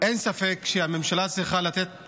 אין ספק שהממשלה צריכה לתת